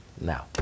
Now